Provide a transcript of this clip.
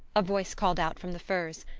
a voice called out from the firs,